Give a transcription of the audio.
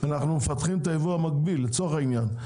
בינתיים אנחנו מפתחים את הייבוא המקביל לצורך העניין,